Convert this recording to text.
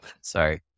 Sorry